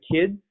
kids